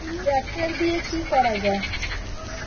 Tractor দিয়ে কি করা যায়?